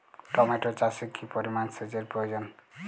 Tomato চাষে কি পরিমান সেচের প্রয়োজন?